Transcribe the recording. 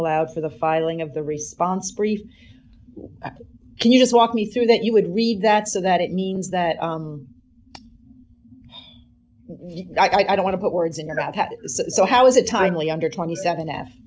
allowed for the filing of the response brief can you just walk me through that you would read that so that it means that i don't want to put words in your mouth so how is it timely under twenty seven